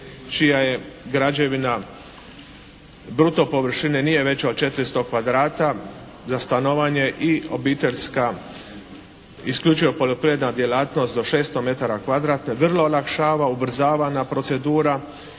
čija je građevina bruto površine nije veća od 400 kvadrata za stanovanje i obiteljska isključivo poljoprivredna djelatnost do 600 metara kvadratnih vrlo olakšava, ubrzavana procedura.